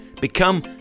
become